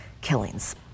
killings